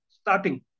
starting